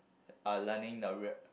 uh learning the rea~